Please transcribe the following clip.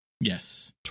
Yes